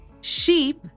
Sheep